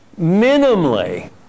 minimally